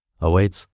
awaits